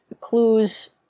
clues